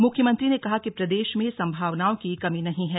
मुख्यमंत्री ने कहा कि प्रदेश में संभावनाओं की कमी नहीं है